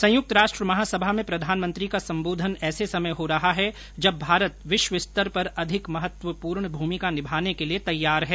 संयुक्त राष्ट्र महासभा में प्रधानमंत्री का संबोधन ऐसे समय हो रहा है जब भारत विश्व स्तर पर अधिक महत्वपूर्ण भूमिका निभाने के लिए तैयार है